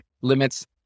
limits